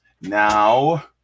now